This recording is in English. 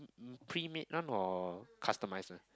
premake one or customized one